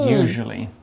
usually